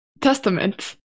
Testament